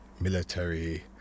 military